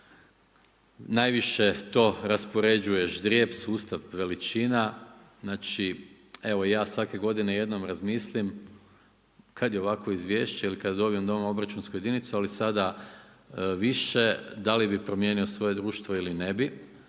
Najviše to raspoređuje ždrijeb, sustav veličina. Znači, evo ja svake godine jednom razmislim kad je ovakvo izvješće ili kad dobijem doma obračunsku jedinicu, ali sada više da li bi promijenio svoje društvo ili ne bi.